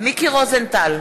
מיקי רוזנטל,